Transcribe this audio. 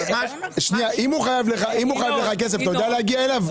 אם הוא חייב לך כסף, אתה יודע להגיע אליו?